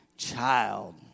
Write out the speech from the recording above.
child